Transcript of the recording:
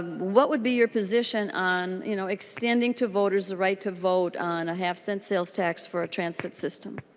what would be your position on you know expanding to voters the right to vote on a have cent sales tax for transit system?